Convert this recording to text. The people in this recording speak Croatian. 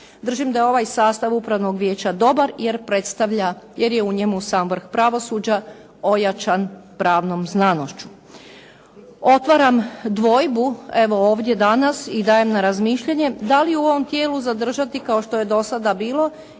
Držim da je ovaj sastav upravnog vijeća dobar, jer predstavlja, jer je u njemu sam vrh pravosuđa ojačan pravnom znanošću. Otvaram dvojbu evo ovdje danas i dajem na razmišljanje, da li u ovom tijelu zadržati kao što je do sada bilo